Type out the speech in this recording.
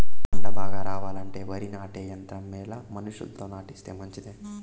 పంట బాగా రావాలంటే వరి నాటే యంత్రం మేలా మనుషులతో నాటిస్తే మంచిదా?